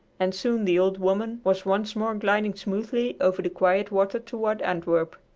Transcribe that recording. and soon the old woman was once more gliding smoothly over the quiet water toward antwerp.